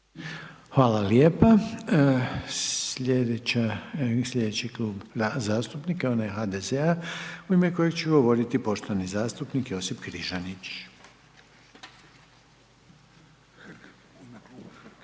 Hvala lijepa. Slijedeći je Klub zastupnika SDP-a u ime kojeg će govoriti poštovani zastupnik Željko Jovanović, izvolite.